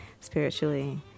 spiritually